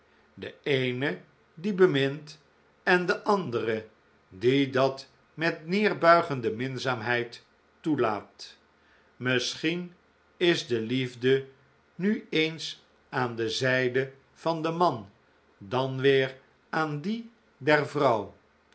de eene die bemint en de andere die dat met neerbuigende minzaamheid toelaat misschien is de liefde nu eens aan de zijde van den man dan weer aan die der vrouw